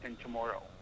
tomorrow